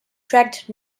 tracked